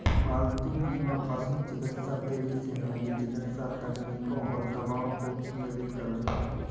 पालतू बीमा पशु चिकित्सा तेजी से महंगी चिकित्सा तकनीकों और दवाओं को नियोजित कर रही है